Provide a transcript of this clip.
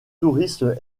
touristes